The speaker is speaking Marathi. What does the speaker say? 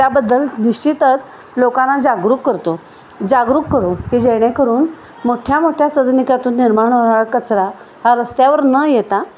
त्याबद्दल दिश्चितच लोकांना जागरूक करतो जागरूक करू हे जेणेकरून मोठ्या मोठ्या सदनिकातून निर्माण होणारा कचरा हा रस्त्यावर न येता